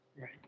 Right